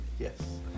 Yes